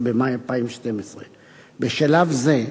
17 במאי 2012. בשלב זה,